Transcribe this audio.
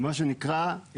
מה שנקרא,